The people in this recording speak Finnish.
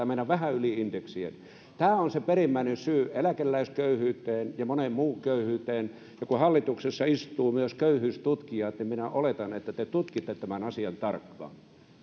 mennä vähän yli indeksien tämä on se perimmäinen syy eläkeläisköyhyyteen ja moneen muuhun köyhyyteen ja kun hallituksessa istuu myös köyhyystutkija niin minä oletan että te tutkitte tämän asian tarkkaan